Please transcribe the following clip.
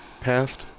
passed